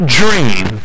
dream